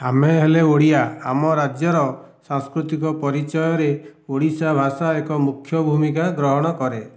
ଆମେ ହେଲେ ଓଡ଼ିଆ ଆମ ରାଜ୍ୟର ସାଂସ୍କୃତିକ ପରିଚୟରେ ଓଡ଼ିଶା ଭାଷା ଏକ ମୁଖ୍ୟ ଭୂମିକା ଗ୍ରହଣ କରେ